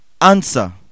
Answer